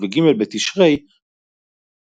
ובג' בתשרי ה'תש"ס